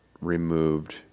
removed